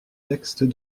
textes